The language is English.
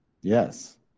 Yes